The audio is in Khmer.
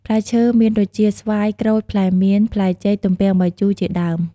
ផ្លែឈើមានដូចជា ស្វាយ ក្រូច ផ្លែមៀន ផ្លែចេក ទំពាំងបាយជូរ ជាដើម។